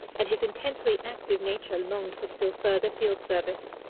and his intensely active nature longed for still further field service.